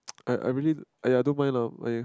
I I really !aiya! I don't mind lah !aiya!